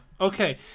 Okay